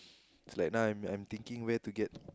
it's like now I'm I'm thinking where to get